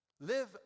Live